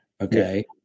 Okay